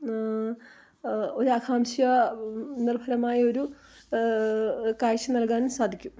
ഒരാകാംക്ഷ നിർഫലമായ ഒരു കാഴ്ച്ച നൽകാനും സാധിക്കും